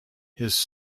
his